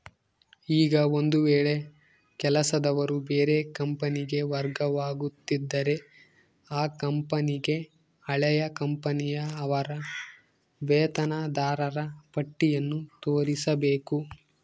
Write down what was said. ಈಗ ಒಂದು ವೇಳೆ ಕೆಲಸದವರು ಬೇರೆ ಕಂಪನಿಗೆ ವರ್ಗವಾಗುತ್ತಿದ್ದರೆ ಆ ಕಂಪನಿಗೆ ಹಳೆಯ ಕಂಪನಿಯ ಅವರ ವೇತನದಾರರ ಪಟ್ಟಿಯನ್ನು ತೋರಿಸಬೇಕು